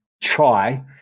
try